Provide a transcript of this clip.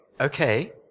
Okay